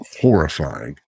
horrifying